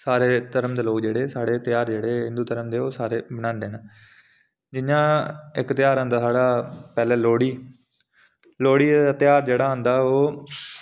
सारे धर्म दे लोक जेह्ड़े साढ़े हिन्दू धर्म दे ध्यार ओह् सारे मनांदे न जिं'यां इक ध्यार औंदा साढ़ा पैह्ले लोह्ड़ी